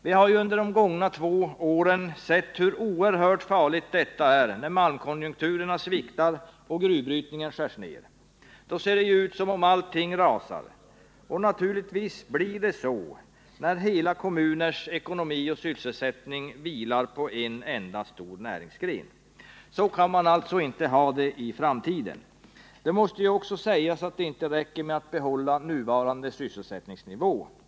Vi har under de gångna två åren sett hur oerhört farligt detta är, när malmkonjunkturen sviktar och gruvbrytningen skärs ner. Då ser det ut som om allting rasar, och naturligtvis blir det så när hela kommuners ekonomi och sysselsättning vilar på en enda stor näringsgren. Så kan man inte ha det i framtiden. Det måste också sägas att det inte räcker med att behålla nuvarande sysselsättningsnivå.